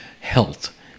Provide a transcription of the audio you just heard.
health